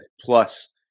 plus